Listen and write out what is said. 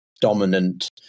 dominant